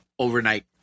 Overnight